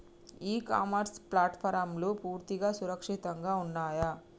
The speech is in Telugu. ఇ కామర్స్ ప్లాట్ఫారమ్లు పూర్తిగా సురక్షితంగా ఉన్నయా?